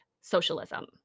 socialism